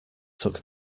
took